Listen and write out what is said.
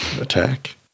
Attack